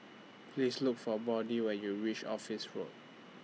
Please Look For Brody when YOU REACH Office Road